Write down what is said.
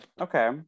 Okay